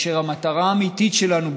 והמטרה האמיתית שלנו,